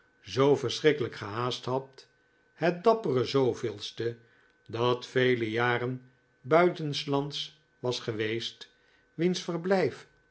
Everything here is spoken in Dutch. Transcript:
zoo verschrikkelijk gehaast had het dappere de da vele jaren buitenslands wasgeweest wiens verblijf